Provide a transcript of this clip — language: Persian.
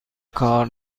کار